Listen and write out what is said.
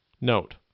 Note